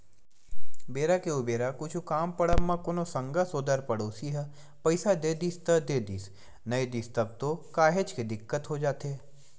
बेरा के उबेरा कुछु काम पड़ब म कोनो संगा सोदर पड़ोसी ह पइसा दे दिस त देदिस नइ दिस तब तो काहेच के दिक्कत हो जाथे